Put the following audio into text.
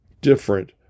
different